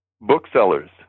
booksellers